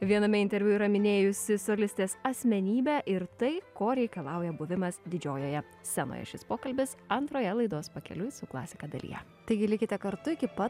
viename interviu yra minėjusi solistės asmenybę ir tai ko reikalauja buvimas didžiojoje scenoje šis pokalbis antroje laidos pakeliui su klasika dalyje taigi likite kartu iki pat